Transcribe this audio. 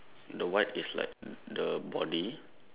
the white is like the body